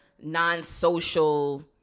non-social